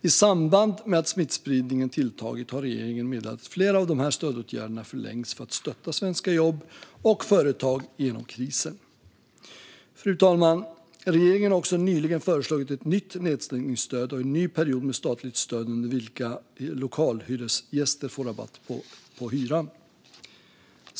I samband med att smittspridningen har tilltagit har regeringen meddelat att flera av stödåtgärderna förlängs för att stötta svenska jobb och företag genom krisen. Regeringen har också nyligen föreslagit ett nytt nedstängningsstöd och en ny period med statligt stöd under vilken lokalhyresgäster får rabatt på hyran. Fru talman!